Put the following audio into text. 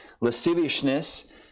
lasciviousness